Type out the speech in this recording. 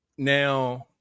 Now